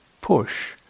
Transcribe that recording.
push